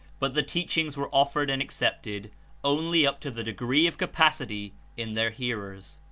but the teachings were offered and accepted only up to the degree of capacity in their hearers.